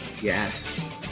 Yes